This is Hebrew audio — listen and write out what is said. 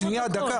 שנייה, דקה.